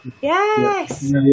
yes